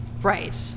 Right